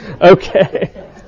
Okay